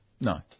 No